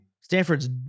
Stanford's